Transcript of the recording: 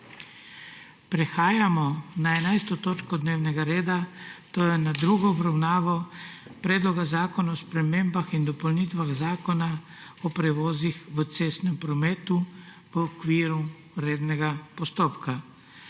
prekinjeno 11. točko dnevnega reda, to je z drugo obravnavo Predloga zakona o spremembah in dopolnitvah zakona o prevozih v cestnem prometu v okviru rednega postopka.**